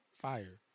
fire